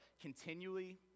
continually